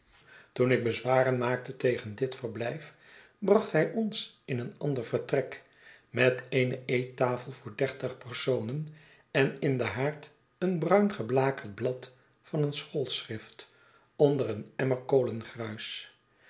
toen ik bezwaren maakte tegen dit verblijf bracht hij ons in een ander vertrek met eene eettafel voor dertig personen en in den haard een bruin geblakerd blad van een schoolschrift onder een